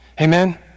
Amen